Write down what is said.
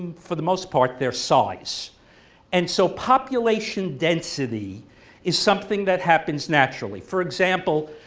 for the most part, their size and so population density is something that happens naturally. for example,